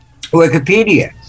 Wikipedia